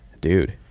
dude